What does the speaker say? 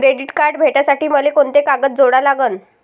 Credit card भेटासाठी मले कोंते कागद जोडा लागन?